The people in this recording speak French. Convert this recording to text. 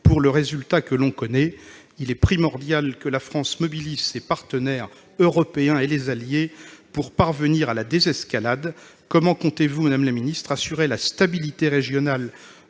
pour le résultat que l'on connaît, il est primordial que la France mobilise ses partenaires européens et les alliés pour parvenir à la désescalade. Comment entendez-vous assurer la stabilité régionale,